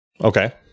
Okay